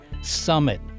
Summit